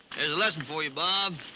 there's a lesson for you, bob.